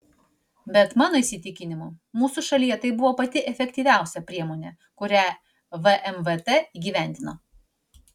bet mano įsitikinimu mūsų šalyje tai buvo pati efektyviausia priemonė kurią vmvt įgyvendino